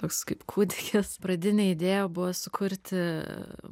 toks kaip kūdikis pradinė idėja buvo sukurti